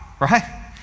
right